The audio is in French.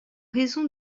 raison